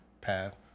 path